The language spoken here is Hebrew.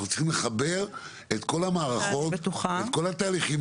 אנחנו צריכים לחבר את כל המערכות ואת כל התהליכים,